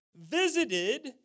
visited